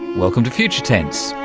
welcome to future tense.